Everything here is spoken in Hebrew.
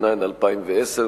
התש"ע 2010,